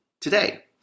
today